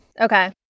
Okay